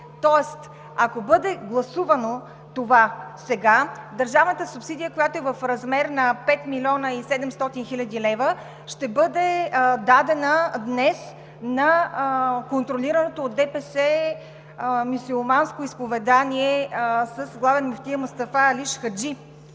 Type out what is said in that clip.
Тоест, ако бъде гласувано това сега, държавната субсидия, която е в размер на 5 млн. 700 хил. лв. ще бъде дадена днес на контролираното от ДПС мюсюлманско изповедание с главен мюфтия Мустафа Алиш Хаджи.